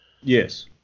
Yes